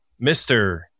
Mr